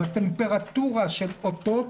בטמפרטורה של אותות,